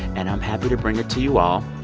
and i'm happy to bring it to you all.